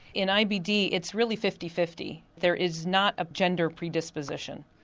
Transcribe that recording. in ibd it's really fifty fifty. there is not a gender predisposition.